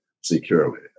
securely